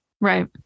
Right